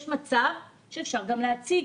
יש מצב שאפשר גם להציג